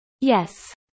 Yes